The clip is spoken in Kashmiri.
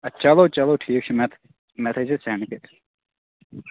اَدٕ چلو چلو ٹھیٖک چھُ نتہٕ مےٚ تھٲوِزیٚو سینٛڈ کٔرِتھ